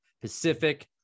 Pacific